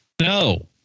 no